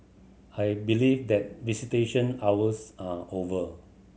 I believe that visitation hours are over